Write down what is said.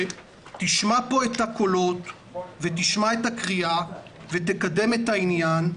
שתשמע פה את הקולות ותשמע את הקריאה ותקדם את העניין.